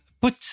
put